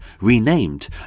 renamed